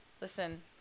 Listen